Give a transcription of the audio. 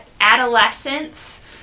adolescence